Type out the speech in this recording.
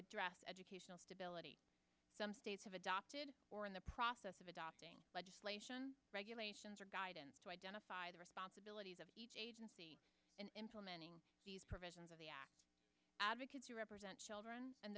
address educational stability some states have adopted or in the process of adopting legislation regulations or guidance to identify the responsibilities of agency and implementing these provisions of the advocates who represent children and